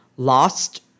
lost